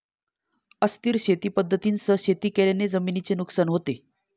अस्थिर शेती पद्धतींसह शेती केल्याने जमिनीचे नुकसान होते